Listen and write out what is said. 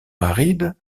aride